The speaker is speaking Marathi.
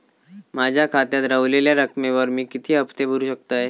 माझ्या खात्यात रव्हलेल्या रकमेवर मी किती हफ्ते भरू शकतय?